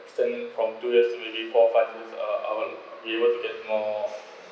extend from two years to between four five years uh I would we want to get more